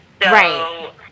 Right